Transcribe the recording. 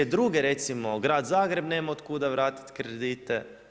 Sve druge recimo, Grad Zagreb nema od kuda vratiti kredite.